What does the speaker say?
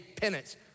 penance